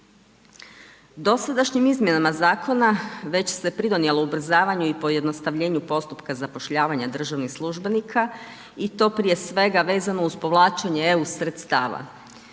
Dosadašnjim izmjenama zakona već se pridonijelo ubrzavanju i pojednostavljenju postupka zapošljavanja državnih službenika i to prije svega vezano uz povlačenje EU sredstava.